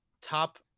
top